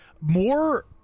More